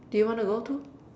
do you wanna go too